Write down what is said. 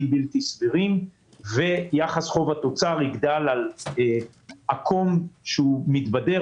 בלתי סבירים ויחס החוב תוצר יגדל על עקום שמתבדר,